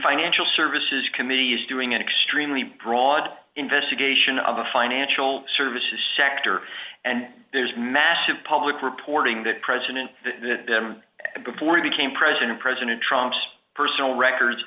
financial services committee is doing an extremely broad investigation of the financial services sector and there's massive public reporting that president before he became president president trumps personal records